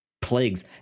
plagues